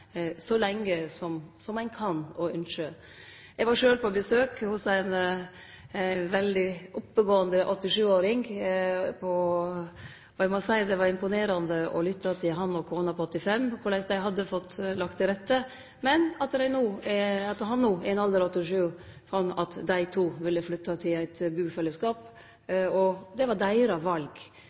så lenge som ein kan og ynskjer. Eg var sjølv på besøk hos ein veldig oppegåande 87-åring. Eg må seie at det var imponerande å lytte til han og kona på 85 år om korleis dei hadde fått lagt til rette, men at han no i ein alder av 87 år fann ut at dei to ville flytte til eit bufellesskap, og det var deira val.